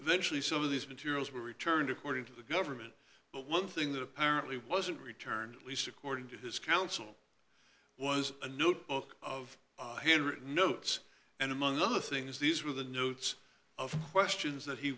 surely some of these materials were returned according to the government but one thing that apparently wasn't returned at least according to his counsel was a notebook of handwritten notes and among other things these were the notes of questions that he